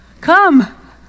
come